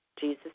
jesus